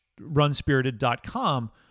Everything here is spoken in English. Runspirited.com